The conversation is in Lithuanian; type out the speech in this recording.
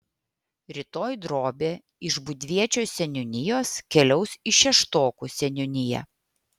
rytoj drobė iš būdviečio seniūnijos keliaus į šeštokų seniūniją